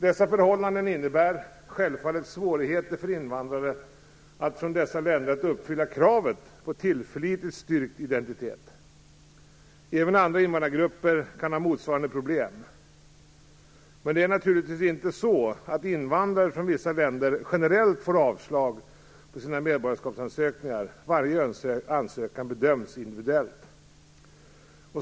Dessa förhållanden innebär självfallet svårigheter för invandrare från dessa länder att uppfylla kravet på tillförlitligt styrkt identitet. Även andra invandrargrupper kan ha motsvarande problem. Men det är naturligtvis inte så att invandrare från vissa länder generellt får avslag på sina medborgarskapsansökningar. Varje ansökan bedöms individuellt.